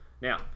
Now